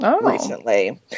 recently